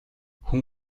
хүн